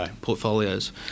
portfolios